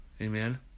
Amen